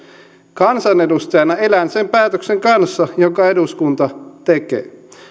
kansanedustajana elän sen päätöksen kanssa jonka eduskunta tekee